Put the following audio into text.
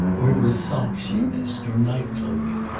or it was socks she missed, or night-clothing.